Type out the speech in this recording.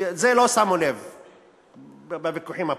כי לזה לא שמו לב בוויכוחים הפוליטיים,